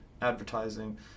advertising